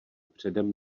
předem